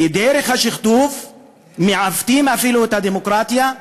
דרך השכתוב מעוותים אפילו את הדמוקרטיה,